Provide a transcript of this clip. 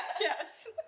Yes